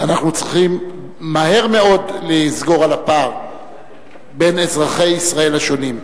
ואנחנו צריכים מהר מאוד לסגור את הפער בין אזרחי ישראל השונים,